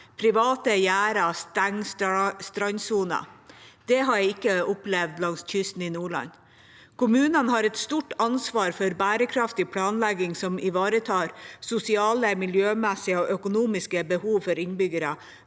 Private gjerder stenger strandsonen. Det har jeg ikke opplevd langs kysten i Nordland. Kommunene har et stort ansvar for bærekraftig planlegging som ivaretar sosiale, miljømessige og økonomiske behov for innbyggere,